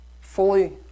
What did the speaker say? fully